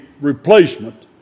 replacement